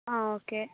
okay